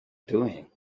doing